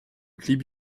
clip